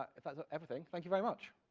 if that's ah everything, thank you very much!